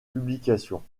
publications